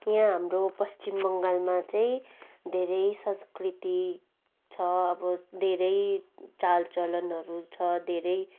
यहाँ हाम्रो पश्चिम बङ्गालमा चाहिँ धेरै संस्कृति छ अब धेरै चालचलनहरू छ धेरै